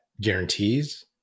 guarantees